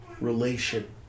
relation